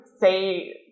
say